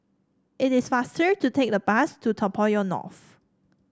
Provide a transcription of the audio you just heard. it is faster to take the bus to Toa Payoh North